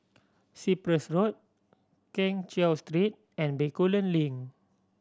Cyprus Road Keng Cheow Street and Bencoolen Link